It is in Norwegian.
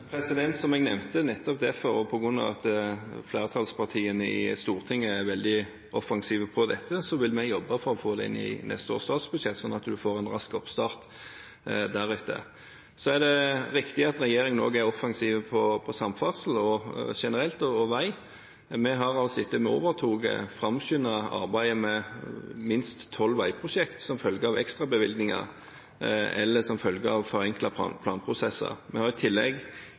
Som jeg nevnte, nettopp derfor, og på grunn av at flertallspartiene i Stortinget er veldig offensive med hensyn til dette, så vil vi jobbe for å få det inn i neste års statsbudsjett, slik at en får en rask oppstart deretter. Det er riktig at regjeringen er offensiv også når det gjelder samferdsel generelt og vei. Vi har etter at vi overtok, framskyndet arbeidet med minst tolv veiprosjekter som følge av ekstrabevilgninger eller som følge av forenklede planprosesser. Vi har i tillegg,